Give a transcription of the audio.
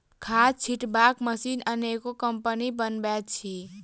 खाद छिटबाक मशीन अनेको कम्पनी बनबैत अछि